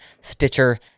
Stitcher